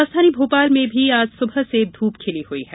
राजधानी भोपाल में भी आज सुबह से धूप खिली हुई है